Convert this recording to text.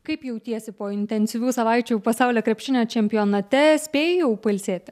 kaip jautiesi po intensyvių savaičių pasaulio krepšinio čempionate spėjai jau pailsėti